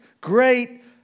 great